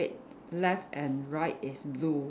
left and right is blue